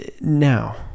now